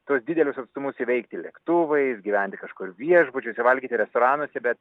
tuos didelius atstumus įveikti lėktuvais gyventi kažkur viešbučiuose valgyti restoranuose